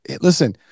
listen